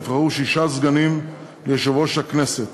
נבחרו שישה סגנים ליושב-ראש הכנסת.